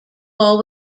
ball